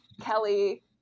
Kelly